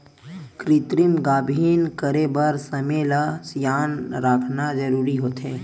कृतिम गाभिन करे बर समे ल धियान राखना जरूरी होथे